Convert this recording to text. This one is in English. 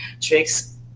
tricks